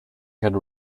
could